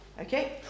Okay